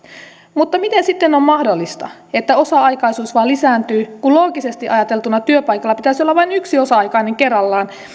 mutta miten sitten on mahdollista että osa aikaisuus vain lisääntyy kun loogisesti ajateltuna työpaikalla pitäisi olla vain yksi osa aikainen kerrallaan